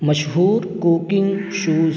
مشہور cooking shows